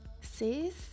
Sis